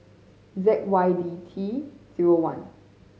Z Y D T zero one